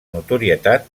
notorietat